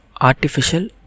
Artificial